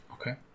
Okay